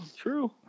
true